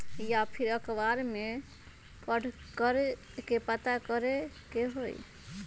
या फिर अखबार में पढ़कर के पता करे के होई?